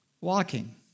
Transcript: walking